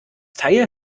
teil